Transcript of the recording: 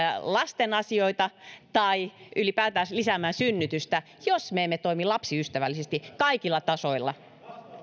lasten asioita tai ylipäätään lisäämään synnytystä jos me emme toimi lapsiystävällisesti kaikilla tasoilla